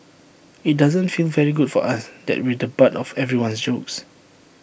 IT doesn't feel very good for us that we're the butt of everyone's jokes